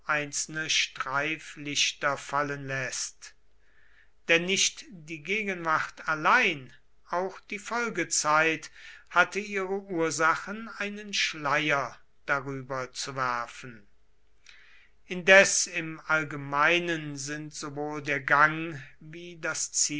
einzelne streiflichter fallen läßt denn nicht die gegenwart allein auch die folgezeit hatte ihre ursachen einen schleier darüber zu werfen indes im allgemeinen sind sowohl der gang wie das